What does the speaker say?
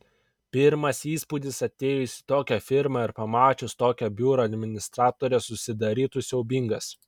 pirmas įspūdis atėjus į tokią firmą ir pamačius tokią biuro administratorę susidarytų siaubingas